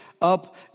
up